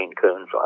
coons